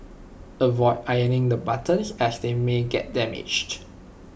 avoid ironing the buttons as they may get damaged